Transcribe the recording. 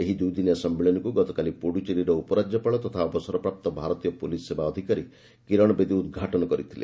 ଏହି ଦୂଇଦିନିଆ ସମ୍ମିଳନୀକୁ ଗତକାଲି ପୁଡ଼ୁଚେରୀର ଉପରାଜ୍ୟପାଳ ତଥା ଅବସରପ୍ରାପ୍ତ ଭାରତୀୟ ପୁଲିସ୍ ସେବା ଅଧିକାରୀ କିରଣ ବେଦୀ ଉଦ୍ଘାଟନ କରିଥିଲେ